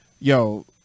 yo